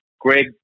Greg